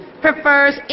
prefers